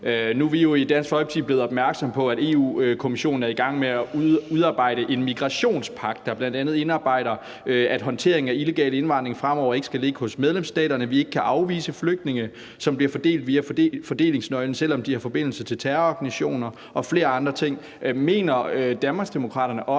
Nu er vi jo i Dansk Folkeparti blevet opmærksomme på, at Europa-Kommissionen er i gang med at udarbejde en migrationspagt, der bl.a. indarbejder, at håndteringen af illegal indvandring fremover ikke skal ligge hos medlemsstaterne, og at vi ikke kan afvise flygtninge, som bliver fordelt via fordelingsnøglen, selv om de har forbindelse til terrororganisationer, og flere andre ting. Mener Danmarksdemokraterne også,